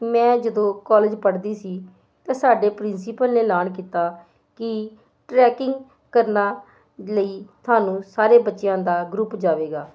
ਮੈਂ ਜਦੋਂ ਕਾਲਜ ਪੜ੍ਹਦੀ ਸੀ ਤਾਂ ਸਾਡੇ ਪ੍ਰਿੰਸੀਪਲ ਨੇ ਐਲਾਨ ਕੀਤਾ ਕਿ ਟਰੈਕਿੰਗ ਟਰੈਕਿੰਗ ਕਰਨਾ ਲਈ ਤੁਹਾਨੂੰ ਸਾਰੇ ਬੱਚਿਆਂ ਦਾ ਗਰੁੱਪ ਜਾਵੇਗਾ